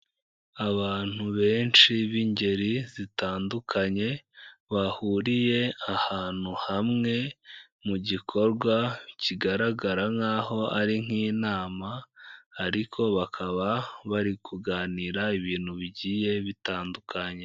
Abantu benshi b'ingeri zitandukanye, bahuriye ahantu hamwe mu gikorwa kigaragara nk'aho ari nk'inama, ariko bakaba bari kuganira ibintu bigiye bitandukanye.